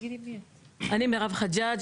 אני מירב חג'אג',